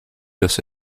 los